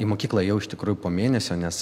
į mokyklą ėjau iš tikrųjų po mėnesio nes